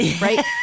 right